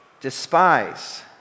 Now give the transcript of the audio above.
despise